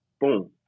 boom